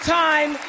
time